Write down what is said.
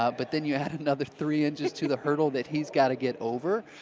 ah but then you add another three inches to the hurdle that he's got to get over.